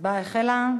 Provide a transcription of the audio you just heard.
ההצבעה החלה.